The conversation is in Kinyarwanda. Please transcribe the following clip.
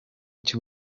cy’u